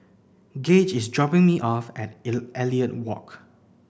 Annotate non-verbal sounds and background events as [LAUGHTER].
Gauge is dropping me off at [UNINTELLIGIBLE] Elliot and Walk